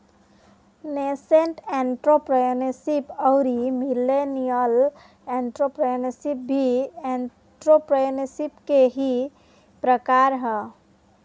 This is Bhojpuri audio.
नेसेंट एंटरप्रेन्योरशिप अउरी मिलेनियल एंटरप्रेन्योरशिप भी एंटरप्रेन्योरशिप के ही प्रकार ह